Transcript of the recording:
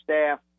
staff